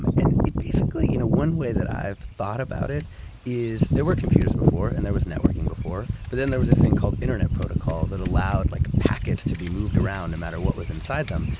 um and it basically, you know one way that i've thought about it is, there were computers before and there was networking before, but then there was this thing called internet protocol that allowed a like packet to be moved around, no matter what was inside them,